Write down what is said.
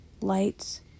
lights